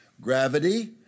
gravity